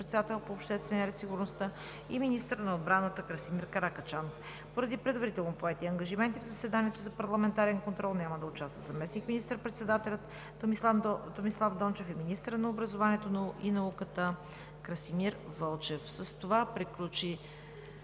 министър-председателят по обществения ред и сигурността и министър на отбраната Красимир Каракачанов. Поради предварително поети ангажименти в заседанието за парламентарен контрол няма да участват заместник министър-председателят Томислав Дончев и министърът на образованието и науката Красимир Вълчев. С това приключи